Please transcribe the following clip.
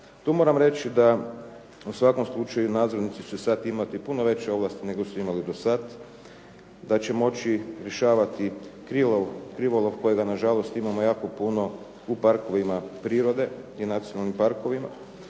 Tu moram reći da u svakom slučaju nadzornici će sad imati puno veće ovlasti nego su imali do sad, da će moći rješavati krivolov kojega nažalost imamo jako puno u parkovima prirode i nacionalnim parkovima.